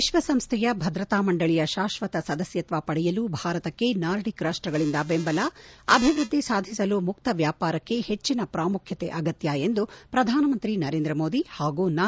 ವಿಶ್ವಸಂಸ್ಥೆಯ ಭದ್ರತಾ ಮಂಡಳಿಯ ಶಾಶ್ವತ ಸದಸ್ನತ್ವ ಪಡೆಯಲು ಭಾರತಕ್ಕೆ ನಾರ್ಡಿಕ್ ರಾಷ್ಷಗಳಿಂದ ಬೆಂಬಲ ಅಭಿವೃದ್ದಿ ಸಾಧಿಸಲು ಮುಕ್ತ ವ್ಲಾಪಾರಕ್ಕೆ ಹೆಚ್ಚಿನ ಪ್ರಾಮುಖ್ಯತೆ ಅಗತ್ನ ಎಂದು ಪ್ರಧಾನಮಂತ್ರಿ ನರೇಂದ್ರ ಮೋದಿ ಹಾಗೂ ನಾರ್ಡಿಕ್ ರಾಷ್ಟಗಳ ನಾಯಕರ ಹೇಳಕೆ